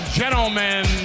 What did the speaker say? gentlemen